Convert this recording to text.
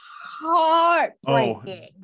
heartbreaking